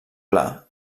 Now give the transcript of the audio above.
pla